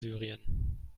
syrien